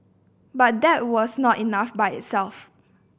but that was not enough by itself